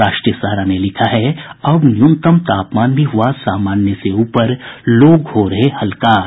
राष्ट्रीय सहारा ने लिखा है अब न्यूनतम तापमान भी हुआ सामान्य से ऊपर लोग हो रहे हलकान